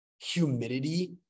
humidity